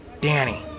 Danny